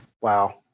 Wow